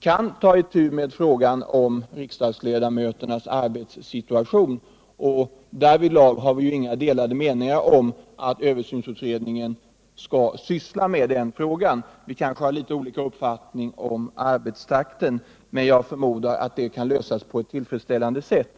kan ta itu med frågan om riksdagsledamöternas arbetssituation, och vi har ju heller inga delade meningar om att översynsutredningen skall syssla med den frågan. Vi har möjligen litet olika uppfattning om arbetstakten, men jag förmodar att det är en sak som kan lösas på tillfredsställande sätt.